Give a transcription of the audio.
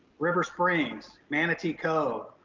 river springs, manatee cove,